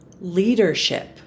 Leadership